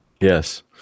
Yes